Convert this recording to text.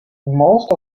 most